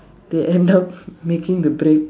they end up making the break